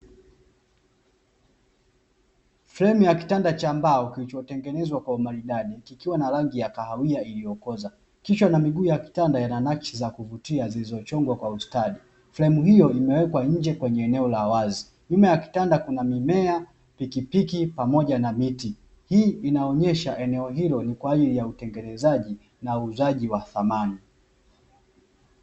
Fremu ya kitanda cha mbao kilicho tengenezwa kwa umaridadi kikiwa na rangi ya kahawiya iliyo koza kisha na miguu ya kitanda inanakishi za kuvutia iliyo chongwa kwa ustadi. Fremu hiyo imewekwa nje kwenye eneo la wazi, nyuma ya kitanda kuna mimea pikipiki pamoja na miti hii inaonyesha eneo hilo ni pamoja na utengenezaji na uuzaji wa samani.